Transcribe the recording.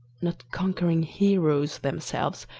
not conquering heroes themselves,